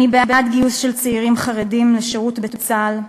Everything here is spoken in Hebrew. אני בעד גיוס של צעירים חרדים לשירות בצה"ל.